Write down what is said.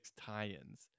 tie-ins